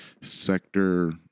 sector